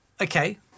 okay